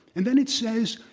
and then it says,